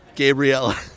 Gabriella